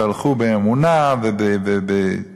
והלכו באמונה ובשמחה,